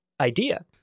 idea